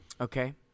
Okay